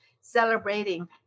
celebrating